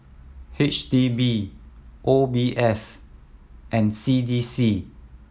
H D B O B S and C D C